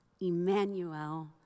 Emmanuel